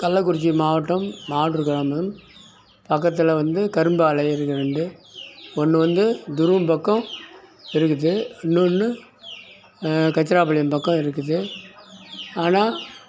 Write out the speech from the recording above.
கள்ளக்குறிச்சி மாவட்டம் மாடூர் கிராமம் பக்கத்தில் வந்து கரும்பாலை இருக்கு ரெண்டு ஒன்று வந்து துரூன் பக்கம் இருக்குது இன்னொன்று கச்சிராப்பள்ளியின் பக்கம் இருக்குது ஆனால்